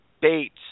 baits